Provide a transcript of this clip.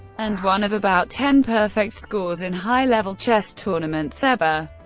and one of about ten perfect scores in high-level chess tournaments ever.